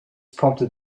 prompted